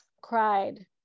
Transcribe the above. cried